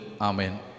Amen